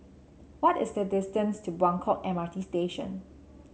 what is the distance to Buangkok M R T Station